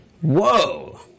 Whoa